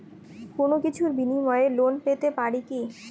কোনো কিছুর বিনিময়ে লোন পেতে পারি কি?